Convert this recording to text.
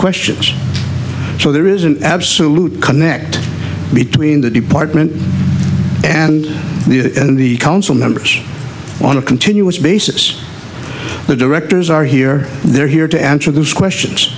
questions so there is an absolute connect between the department and the the council members on a continuous basis the directors are here they're here to answer those questions